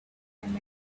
and